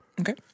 Okay